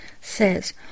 says